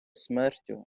смертю